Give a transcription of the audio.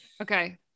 Okay